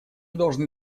должны